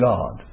God